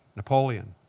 napoleon,